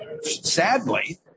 sadly